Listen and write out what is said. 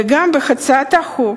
וגם בהצעת חוק